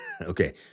Okay